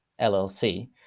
LLC